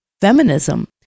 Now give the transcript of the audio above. feminism